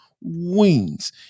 wings